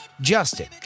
Justin